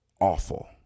awful